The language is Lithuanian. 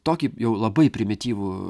tokį jau labai primityvų